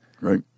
Right